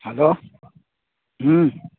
hello ہوں